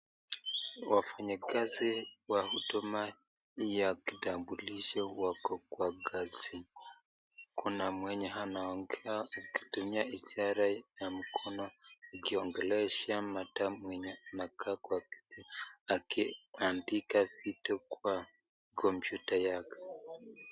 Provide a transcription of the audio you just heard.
Wafanya kazi katika huduma ya kitambulisho wako kwa kazi. Kuna mwenye anaongea akitumia ishara ya mikono, akiongelesha madam mwenye anakaa akiandika kitu kwa computer yake.